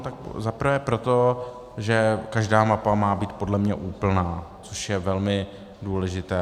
Tak za prvé proto, že každá mapa má být podle mě úplná, což je velmi důležité.